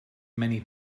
many